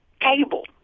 cable